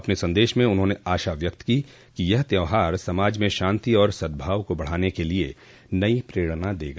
अपने संदश में उन्होंने आशा व्यक्त की कि यह त्यौहार समाज में शांति और सद्भाव को बढ़ाने के लिए नई परणा देगा